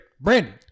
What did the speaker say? Brandon